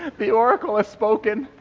the oracle has spoken.